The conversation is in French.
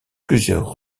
plusieurs